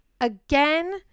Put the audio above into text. Again